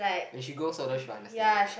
where she go so the she will understand ah ya